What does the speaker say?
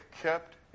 kept